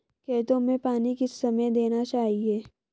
खेतों में पानी किस समय देना चाहिए?